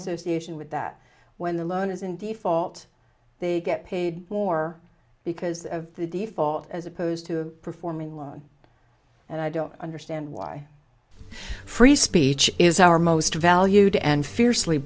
association with that when the loan is in default they get paid more because of the default as opposed to performing loan and i don't understand why free speech is our most valued and fiercely